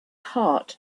heart